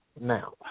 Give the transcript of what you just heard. Now